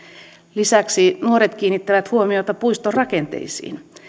lisäksi nuoret kiinnittävät huomiota puiston rakenteisiin